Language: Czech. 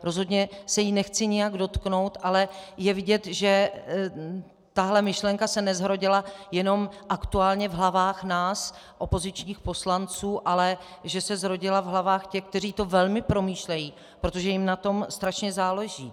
Rozhodně se jí nechci nijak dotknout, ale je vidět, že tato myšlenka se nezrodila jenom aktuálně v hlavách nás opozičních poslanců, ale že se zrodila v hlavách těch, kteří to velmi promýšlejí, protože jim na tom strašně záleží.